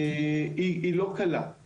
היא לא קלה,